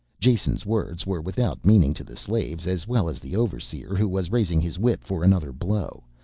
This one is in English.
jason's words were without meaning to the slaves as well as the overseer who was raising his whip for another blow,